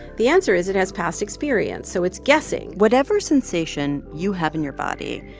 the answer is it has past experience, so it's guessing whatever sensation you have in your body,